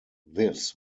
this